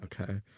Okay